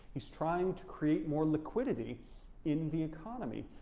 he's trying to create more liquidity in the economy.